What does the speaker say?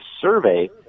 survey